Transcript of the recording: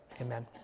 amen